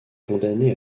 condamné